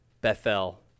Bethel